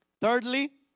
Thirdly